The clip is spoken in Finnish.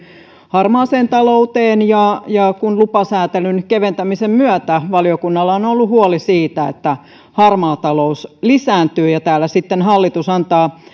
harmaaseen talouteen kun lupasäätelyn keventämisen myötä valiokunnalla on ollut huoli siitä että harmaa talous lisääntyy niin täällä sitten hallitus antaa